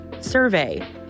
survey